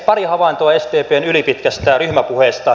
pari havaintoa sdpn ylipitkästä ryhmäpuheesta